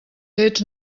fets